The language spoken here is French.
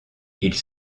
ils